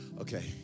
Okay